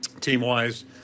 team-wise